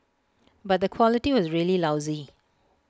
but the quality was really lousy